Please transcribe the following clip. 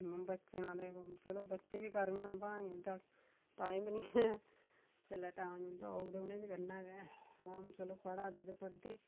बच्चे दा ते चलो बच्चे बी करङन बा इं'दा टाइम ई नी ऐ जेल्लै टाइम इं'दा औग तां उ'नें बी करना गै बा हून चलो पढ़ा दे तां पढ़दे